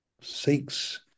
Seeks